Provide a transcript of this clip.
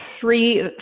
three